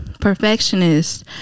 perfectionist